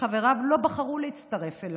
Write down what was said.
חבריו לא בחרו להצטרף אליו.